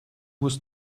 muss